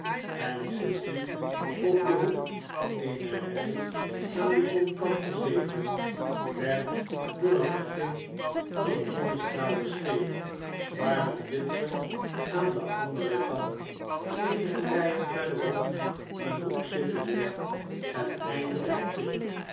en sissy op den hoek eener rij aan den zonkant gezeten werd door het begin van een zonnestraal beschenen waarvan bitzer aan den anderen kant eenige rijen verder op een hoek zittende het einde opving